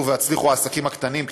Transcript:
עלו והצליחו, העסקים הקטנים.